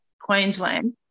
Queensland